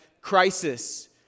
crisis